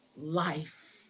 life